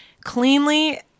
cleanly